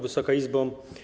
Wysoka Izbo!